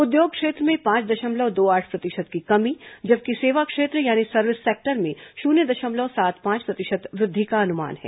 उद्योग क्षेत्र में पांच दशमलव दो आठ प्रतिशत की कमी जबकि सेवा क्षेत्र यानी सर्विस सेक्टर में शून्य दशमलव सात पांच प्रतिशत वृद्धि का अनुमान है